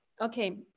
okay